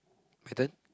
pattern